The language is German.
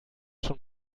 schon